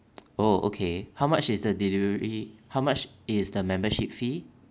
oh okay how much is the delivery how much is the membership fee